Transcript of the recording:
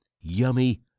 Yummy